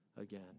again